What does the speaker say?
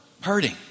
hurting